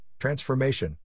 transformation